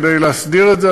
כדי להסדיר את זה.